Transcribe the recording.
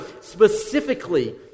specifically